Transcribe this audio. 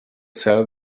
sell